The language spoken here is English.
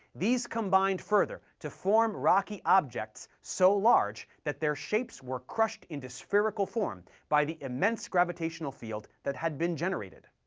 these combined further to form rocky objects so large that their shapes were crushed into spherical form by the immense gravitational field that had been generated.